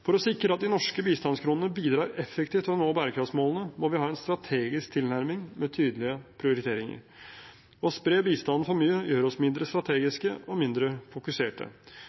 For å sikre at de norske bistandskronene bidrar effektivt til å nå bærekraftsmålene, må vi ha en strategisk tilnærming med tydelige prioriteringer. Å spre bistanden for mye gjør oss mindre